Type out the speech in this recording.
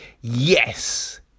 yes